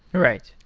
right.